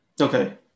Okay